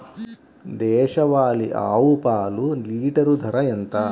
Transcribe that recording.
దేశవాలీ ఆవు పాలు లీటరు ధర ఎంత?